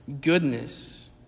goodness